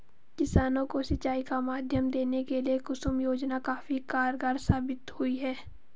किसानों को सिंचाई का माध्यम देने के लिए कुसुम योजना काफी कारगार साबित हुई है